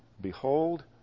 Behold